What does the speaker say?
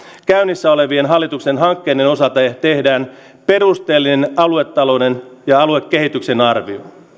käynnissä olevien hallituksen hankkeiden osalta tehdään perusteellinen aluetalouden ja aluekehityksen arvio